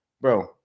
Bro